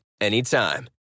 anytime